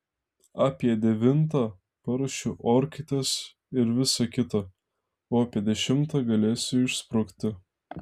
apie devintą paruošiu orkaites ir visa kita o apie dešimtą galėsiu išsprukti